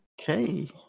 Okay